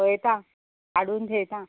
पळयतां काडून थेयतां